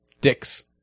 dicks